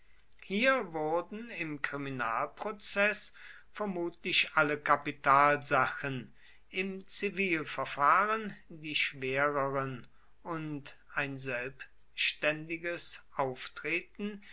hier wurden im kriminalprozeß vermutlich alle kapitalsachen im zivilverfahren die schwereren und ein selbständiges auftreten